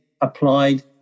applied